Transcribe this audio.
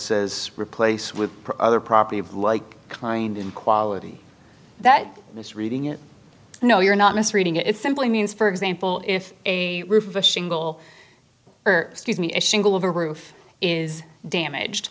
says replace with other property of like kind in quality that misreading it no you're not misreading it it simply means for example if a roof of a shingle irks me a shingle of a roof is damaged